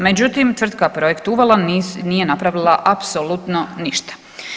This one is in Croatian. Međutim, tvrtka Projekt Uvala nije napravila apsolutno ništa.